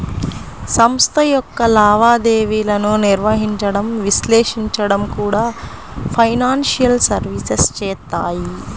సంస్థ యొక్క లావాదేవీలను నిర్వహించడం, విశ్లేషించడం కూడా ఫైనాన్షియల్ సర్వీసెస్ చేత్తాయి